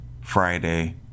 Friday